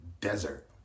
desert